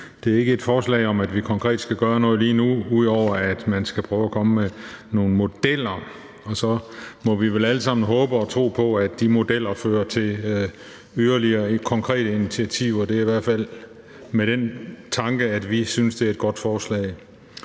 Det er ikke et forslag om, at vi konkret skal gøre noget lige nu, ud over at man skal prøve at komme med nogle modeller. Så må vi vel alle sammen håbe og tro på, at de modeller fører til yderligere konkrete initiativer. Det er i hvert fald ud fra den tanke, at vi synes, det er et godt forslag.